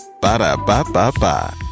Ba-da-ba-ba-ba